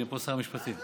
הינה, שר המשפטים פה.